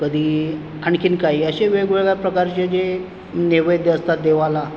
कधी आणखीन काही असे वेगवेगळ्या प्रकारचे जे नेवैद्य असतात देवाला